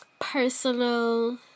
Personal